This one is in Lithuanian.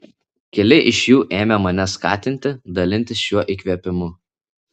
keli iš jų ėmė mane skatinti dalintis šiuo įkvėpimu